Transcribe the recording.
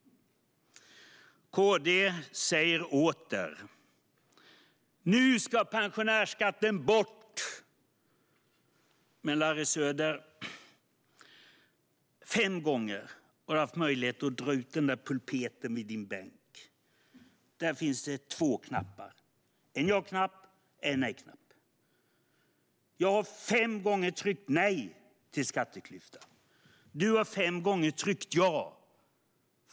KD säger åter: Nu ska pensionärsskatten bort. Men, Larry Söder, fem gånger har du haft möjlighet att dra ut pulpetskivan i din bänk och trycka på ja-knappen eller nej-knappen. Jag har fem gånger tryckt nej till skatteklyftor; du har fem gånger tryckt ja.